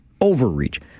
overreach